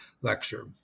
lecture